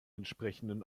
entsprechenden